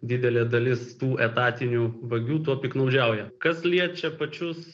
didelė dalis tų etatinių vagių tuo piktnaudžiauja kas liečia pačius